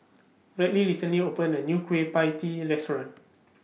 Bradley recently opened A New Kueh PIE Tee Restaurant